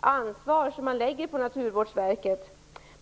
ansvar på Naturvårdsverket.